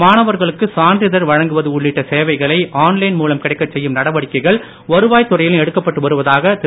மாணவர்களுக்கு சான்றிதழ் வழங்குவது உள்ளிட்ட சேவைகளை ஆன்லைன் மூலம் கிடைக்கச் செய்யும் நடவடிக்கைகள் வருவாய்த் துறையிலும் எடுக்கப்பட்டு வருவதாக திரு